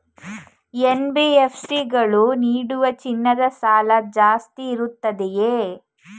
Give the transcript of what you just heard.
NBFC ಗಳು ನೀಡುವ ಚಿನ್ನದ ಸಾಲ ಜಾಸ್ತಿ ಇರುತ್ತದೆಯೇ?